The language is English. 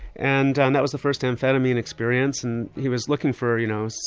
and and that was the first amphetamine experience and he was looking for you know,